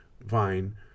vine